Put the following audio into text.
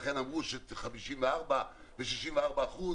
לכן אמרו ש-54% ו-64%,